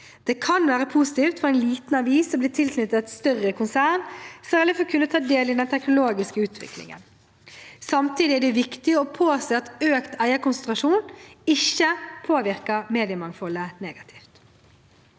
Det kan være positivt for en liten avis å bli tilknyttet et større konsern, særlig for å kunne å ta del i den teknologiske utviklingen. Samtidig er det viktig å påse at økt eierkonsentrasjon ikke påvirker mediemangfoldet negativt.